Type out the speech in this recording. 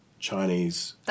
Chinese